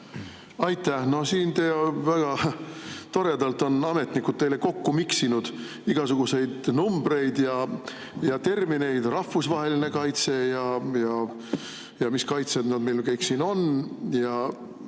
Aitäh! Väga toredalt on ametnikud teile kokku miksinud igasuguseid numbreid ja termineid, rahvusvaheline kaitse ja mis kaitsed nad siin kõik on.